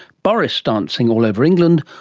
boris-dancing all over england,